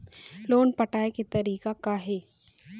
Loan पटाए के तारीख़ का हे?